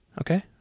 Okay